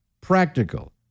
practical